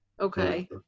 Okay